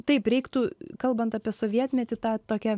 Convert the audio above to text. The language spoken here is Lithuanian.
taip reiktų kalbant apie sovietmetį tą tokią